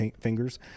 fingers